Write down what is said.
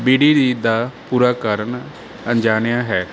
B D D ਦਾ ਪੂਰਾ ਕਾਰਨ ਅਨਜਾਣਿਆ ਹੈ